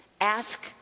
ask